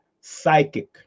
psychic